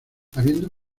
habiendo